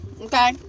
okay